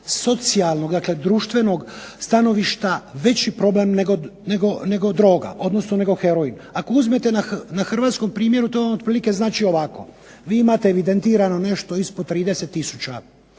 socijalnog, dakle društvenog stanovišta veći problem nego droga, odnosno nego heroin. Ako uzmete na hrvatskom primjeru to vam otprilike znači ovako: vi imate evidentirano nešto ispod 30 tisuća